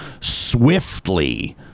swiftly